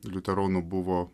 liuteronų buvo